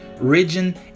region